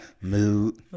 Mood